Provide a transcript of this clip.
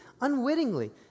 unwittingly